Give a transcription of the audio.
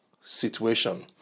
situation